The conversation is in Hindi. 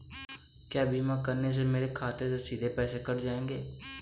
क्या बीमा करने पर मेरे खाते से सीधे पैसे कट जाएंगे?